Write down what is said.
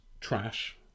trash